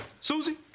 Susie